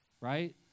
right